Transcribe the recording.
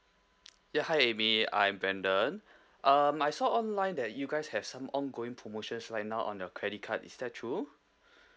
ya hi amy I'm brendon um I saw online that you guys have some ongoing promotions right now on your credit card is that true